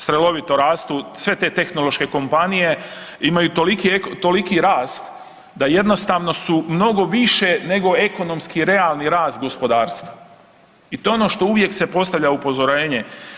Strelovito rastu sve te tehnološke kompanije, imaju toliki rast da jednostavno su mnogo više nego ekonomski realni rast gospodarstva i to je ono što uvijek se postavlja upozorenje.